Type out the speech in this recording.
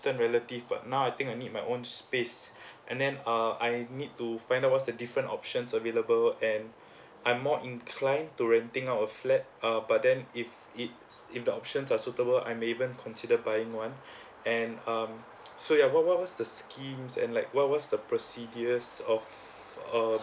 distance relative but now I think I need my own space and then uh I need to find out what's the different options available and I'm more inclined to renting out a flat uh but then if it if the options are suitable I'm even consider buying one and um so ya what what what is the schemes and like what was the procedures of uh